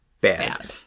Bad